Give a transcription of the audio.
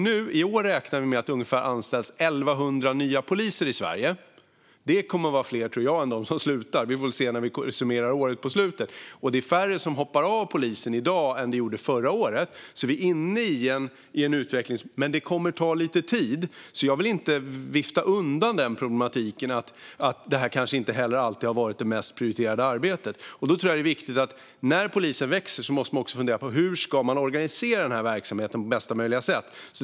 Vi räknar med att det i år anställs ungefär 1 100 nya poliser i Sverige. Det tror jag kommer att vara fler än de som slutar - vi får väl se när vi summerar året. Och det är färre poliser som hoppar av i dag än förra året. Vi är inne i en positiv utveckling. Men det här kommer att ta lite tid. Jag vill inte vifta undan problematiken med att detta kanske inte alltid varit det mest prioriterade arbetet. När polisen växer måste man också fundera på hur man ska organisera den här verksamheten på bästa möjliga sätt.